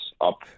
up